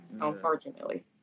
Unfortunately